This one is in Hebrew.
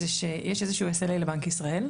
זה שיש איזשהו SLA לבנק ישראל,